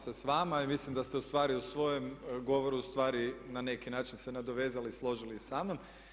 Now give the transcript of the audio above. Slažem se s vama i mislim da ste ustvari u svojem govoru ustvari na neki način se nadovezali i složili sa mnom.